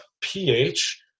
pH